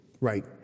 Right